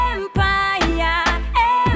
Empire